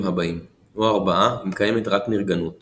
הבאים או ארבעה אם קיימת רק נרגנות